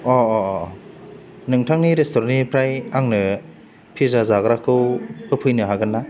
नोथांनि रेस्तुरेन्ट निफ्राय आंनो पिजा जाग्राखौ होफैनो हागोनना